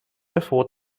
before